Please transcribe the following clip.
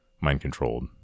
mind-controlled